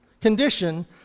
condition